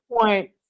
point